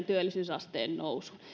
työllisyysasteen nousuun